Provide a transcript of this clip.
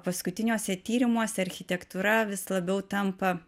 paskutiniuose tyrimuose architektūra vis labiau tampa